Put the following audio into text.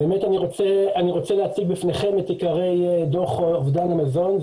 אני רוצה להציג בפניכם את עיקרי דוח אובדן המזון.